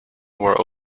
were